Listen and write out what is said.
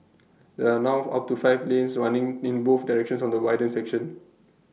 there are now up to five lanes running in both directions on the widened section